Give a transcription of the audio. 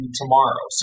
tomorrow